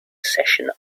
session